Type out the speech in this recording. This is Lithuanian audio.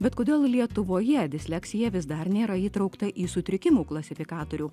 bet kodėl lietuvoje disleksija vis dar nėra įtraukta į sutrikimų klasifikatorių